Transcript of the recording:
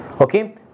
okay